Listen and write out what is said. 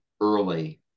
early